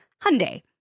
Hyundai